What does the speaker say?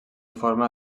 forma